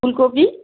ফুলকপি